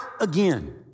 again